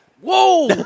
whoa